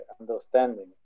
understanding